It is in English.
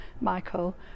Michael